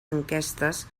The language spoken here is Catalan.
enquestes